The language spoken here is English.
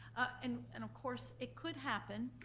and and of course, it could happen.